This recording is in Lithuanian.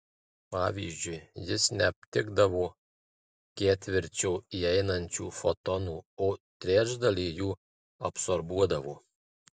pavyzdžiui jis neaptikdavo ketvirčio įeinančių fotonų o trečdalį jų absorbuodavo